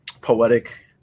poetic